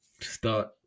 start